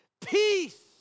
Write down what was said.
Peace